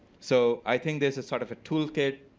so i think there's a sort of a toolkit,